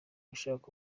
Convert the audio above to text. gushaka